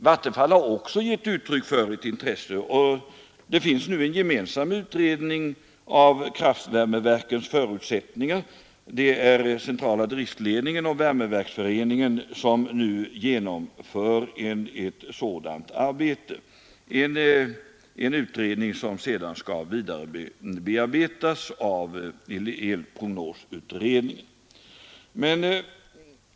Vattenfall har också gett uttryck för ett intresse, och det finns en gemensam utredning av kraftvärmeverkens förutsättningar. Det är centrala driftledningen och Värmeverksföreningen som nu genomför ett sådant arbete, en utredning som sedan skall vidarebearbetas av elprognosutredningen.